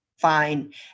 fine